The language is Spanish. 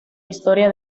historia